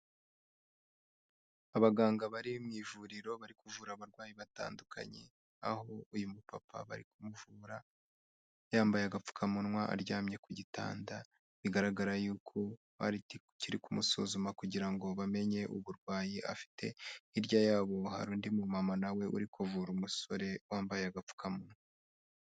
Abaganga bari mu ivuriro bari kuvura abarwayi batandukanye, aho uyu mupapa bari kumuvura yambaye agapfukamunwa, aryamye ku gitanda. Bigaragara yuko bari kumusuzuma kugira ngo bamenye uburwayi afite. Hirya yabo hari undi mumama na we uri kuvura umusore wambaye agapfukamunwa.